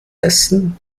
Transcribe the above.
essen